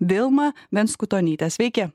vilma venskutonyte sveiki